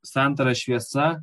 santara šviesa